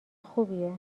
خوبیه